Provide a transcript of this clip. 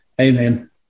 Amen